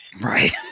Right